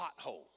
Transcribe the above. pothole